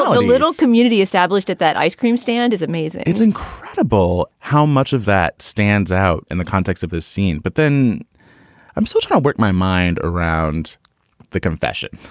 a little community established at that ice cream stand is amazing it's incredible how much of that stands out in the context of this scene. but then i'm social work my mind around the confession,